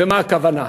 ומה הכוונה?